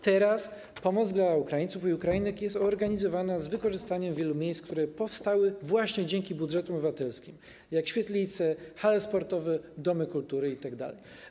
Teraz pomoc dla Ukraińców i Ukrainek jest organizowana z wykorzystaniem wielu miejsc, które powstały właśnie dzięki budżetom obywatelskim, jak świetlice, hale sportowe, domy kultury itd.